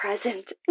present